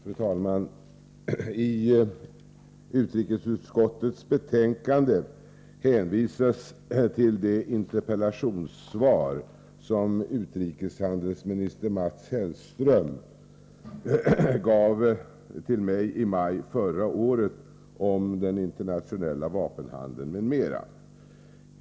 Fru talman! I utrikesutskottets betänkande hänvisas till det interpellationssvar som utrikeshandelsminister Mats Hellström gav till mig i maj förra året om den internationella vapenhandeln, m.m.